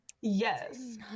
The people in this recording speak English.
yes